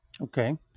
Okay